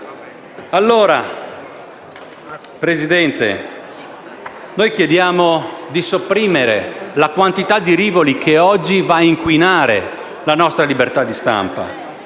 Signor Presidente, noi chiediamo di sopprimere la quantità di rivoli che oggi va ad inquinare la nostra libertà di stampa,